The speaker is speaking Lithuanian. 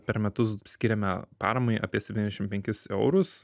per metus skiriame paramai apie septyniasdešim penkis eurus